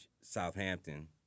Southampton